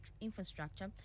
infrastructure